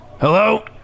Hello